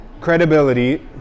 credibility